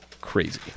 crazy